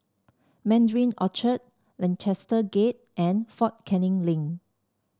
Mandarin Orchard Lancaster Gate and Fort Canning Link